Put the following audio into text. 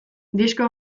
disko